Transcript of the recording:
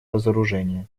разоружения